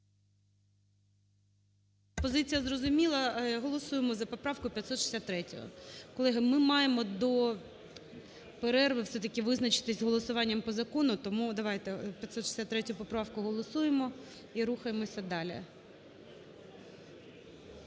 Позиція зрозуміла. Голосуємо за поправку 563-ю. Колеги, ми маємо до перерви все-таки визначитись з голосуванням по закону. Тому давайте 563 поправку голосуємо - і рухаємося далі.